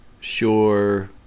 sure